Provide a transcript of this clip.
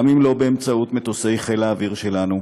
גם אם לא באמצעות מטוסי חיל האוויר שלנו,